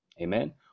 Amen